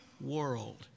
world